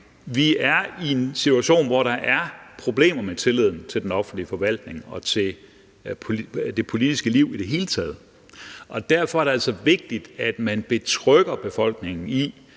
vi er i en situation, hvor der er problemer med tilliden til den offentlige forvaltning og til det politiske liv i det hele taget, og derfor er det altså vigtigt, at man betrygger befolkningen i,